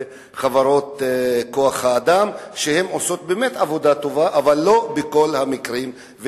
חברות כוח-האדם שעושות באמת עבודה טובה אבל לא בכל המקרים,